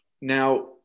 Now